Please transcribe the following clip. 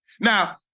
Now